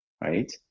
right